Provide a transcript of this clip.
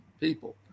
people